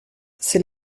c’est